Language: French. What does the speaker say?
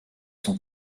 sont